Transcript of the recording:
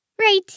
Right